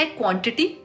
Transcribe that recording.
quantity